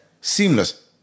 seamless